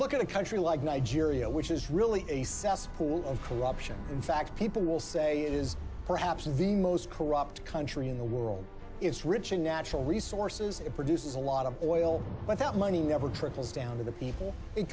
look at a country like nigeria which is really a cesspool of corruption in fact people will say it is perhaps the most corrupt country in the world it's rich in natural resources it produces a lot of oil but that money never trickles down to the people it